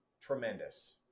tremendous